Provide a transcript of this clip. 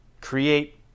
create